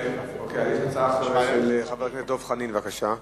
יש הצעה אחרת של חבר הכנסת דב חנין, בבקשה.